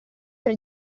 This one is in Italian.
tra